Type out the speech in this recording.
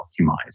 optimized